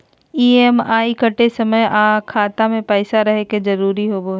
EMI कटे समय खाता मे पैसा रहे के जरूरी होवो हई